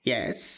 Yes